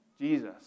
Jesus